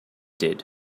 did